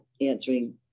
answering